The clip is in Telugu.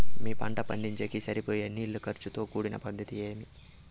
మీ పంట పండించేకి సరిపోయే నీళ్ల ఖర్చు తో కూడిన పద్ధతి ఏది?